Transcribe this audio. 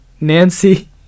Nancy